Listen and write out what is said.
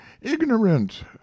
ignorant